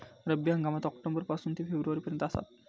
रब्बी हंगाम ऑक्टोबर पासून ते फेब्रुवारी पर्यंत आसात